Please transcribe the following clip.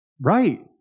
Right